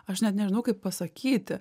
aš net nežinau kaip pasakyti